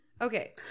okay